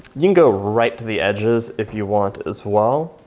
you can go right to the edges if you want as well.